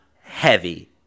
heavy